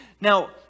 Now